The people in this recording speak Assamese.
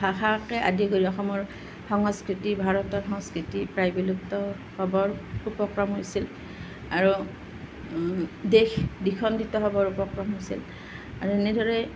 ভাষাকে আদি কৰি অসমৰ সংস্কৃতি ভাৰতৰ সংস্কৃতি প্ৰায় বিলুপ্ত হ'বৰ উপক্ৰম হৈছিল আৰু দেশ দ্ৱিখণ্ডিত হ'বৰ উপক্ৰম হৈছিল আৰু এনেদৰে